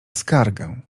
skargę